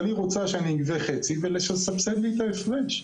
אבל היא רוצה שאני אגבה חצי ולסבסד לי את ההפרש.